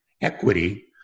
equity